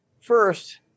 first